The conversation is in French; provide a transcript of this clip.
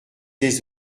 des